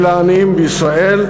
ולעניים בישראל,